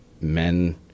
men